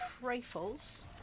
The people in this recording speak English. Trifles